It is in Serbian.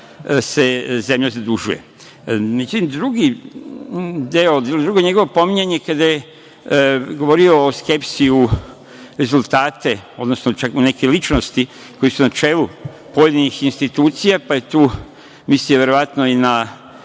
se zemlja zadužuje.Međutim, drugi deo, drugo njegovo pominjanje, kada je govorio o skepsi u rezultate, odnosno čak u neke ličnosti koje su na čelu pojedinih institucija, pa je tu mislio verovatno i na